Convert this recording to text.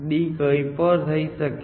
d કંઈ પણ થઈ શકે છે